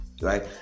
right